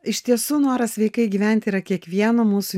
iš tiesų noras sveikai gyventi yra kiekvieno mūsų